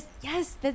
Yes